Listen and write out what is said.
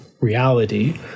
reality